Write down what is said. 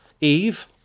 Eve